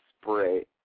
spray